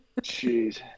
Jeez